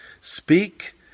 Speak